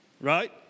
right